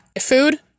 food